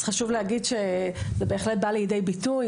חשוב להגיד שזה בהחלט בא לידי ביטוי,